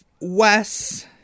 Wes